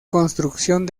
construcción